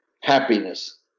Happiness